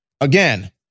Again